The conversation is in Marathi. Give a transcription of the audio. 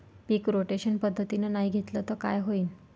पीक रोटेशन पद्धतीनं नाही घेतलं तर काय होईन?